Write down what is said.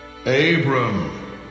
Abram